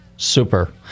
Super